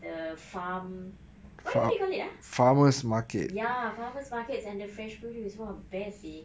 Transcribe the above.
the farm what do you call ya farmers' markets and the fresh produce !wah! best seh